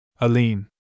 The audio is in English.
Aline